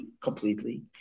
completely